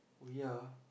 ya